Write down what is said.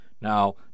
Now